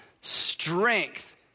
strength